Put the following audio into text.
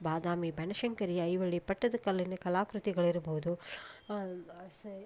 ಬಾದಾಮಿ ಬನಶಂಕರಿ ಐಹೊಳೆ ಪಟ್ಟದಕಲ್ಲಿನ ಕಲಾಕೃತಿಗಳಿರ್ಬೋದು ಸರಿ